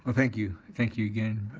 ah thank you. thank you again.